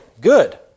good